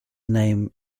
name